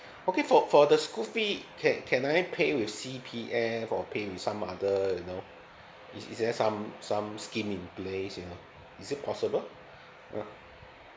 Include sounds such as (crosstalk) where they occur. okay for for the school fee can can I pay with C_P_A for paying with some other you know is is there some some scheme in place you know is it possible (breath) uh